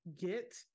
Get